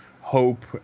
hope